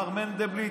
מר מנדלבליט,